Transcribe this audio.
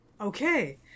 okay